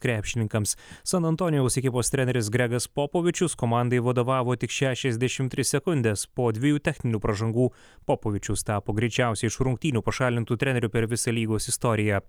krepšininkams san antonijaus ekipos treneris gregas popovičius komandai vadovavo tik šešiasdešim tris sekundes po dviejų techninių pražangų popovičius tapo greičiausiai iš rungtynių pašalintu treneriu per visą lygos istoriją